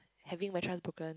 having my chance broken